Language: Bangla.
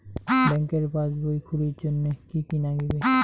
ব্যাঙ্কের পাসবই খুলির জন্যে কি কি নাগিবে?